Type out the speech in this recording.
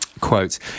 Quote